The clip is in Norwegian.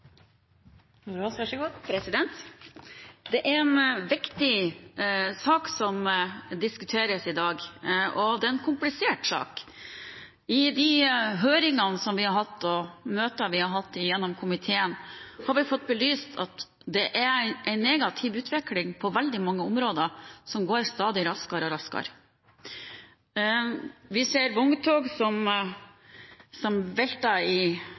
Det er en viktig sak som diskuteres i dag, og det er en komplisert sak. Gjennom de høringene og møtene vi har hatt i komiteen, har vi fått belyst at det er en negativ utvikling på veldig mange områder – som går stadig raskere. Vi ser vogntog som velter i annenhver grøft, vi ser ulovligheter, og vi ser vogntog som ikke har den beskaffenhet som